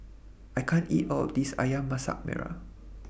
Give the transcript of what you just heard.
I can't eat All of This Ayam Masak Merah